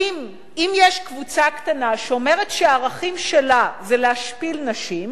אם יש קבוצה קטנה שאומרת שהערכים שלה זה להשפיל נשים,